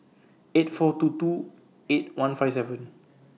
eight four two two eight one five seven